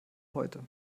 heute